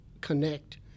connect